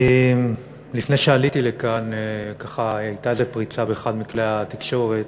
לפני שעליתי לכאן ככה הייתה איזה פריצה באחד מכלי התקשורת,